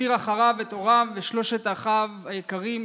הותיר אחריו את הוריו ושלושת אחיו היקרים,